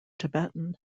tibetan